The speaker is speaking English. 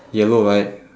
yellow right